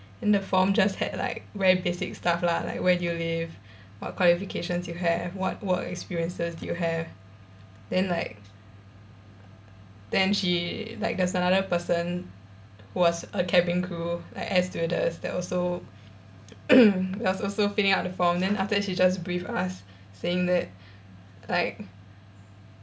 in the form just had like very basic stuff lah like where do you live what qualifications you have what work experiences do you have then like then she like there's another person who was a cabin crew like air stewardess that also that was also filling up the form then after she just brief us saying that like